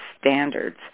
standards